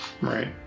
Right